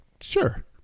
sure